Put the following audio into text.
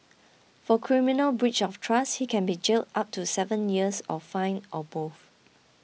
for criminal breach of trust he can be jailed up to seven years or fined or both